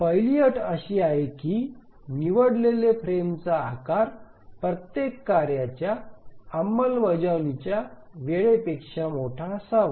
पहिली अट अशी आहे की निवडलेले फ्रेमचा आकार प्रत्येक कार्याच्या अंमलबजावणीच्या वेळेपेक्षा मोठा असावा